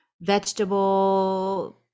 vegetable